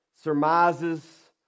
surmises